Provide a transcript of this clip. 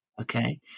Okay